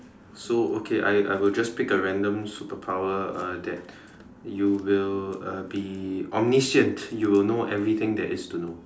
so okay I I will just pick a random superpower uh that you will uh be omniscient you will know everything that is to know